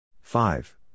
five